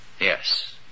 Yes